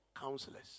counselors